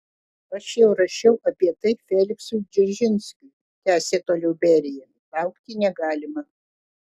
aš jau rašiau apie tai feliksui dzeržinskiui tęsė toliau berija laukti negalima